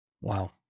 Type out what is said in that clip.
Wow